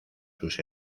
sus